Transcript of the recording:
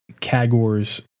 Kagor's